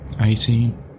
Eighteen